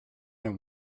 and